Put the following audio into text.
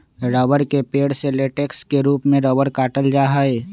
रबड़ के पेड़ से लेटेक्स के रूप में रबड़ काटल जा हई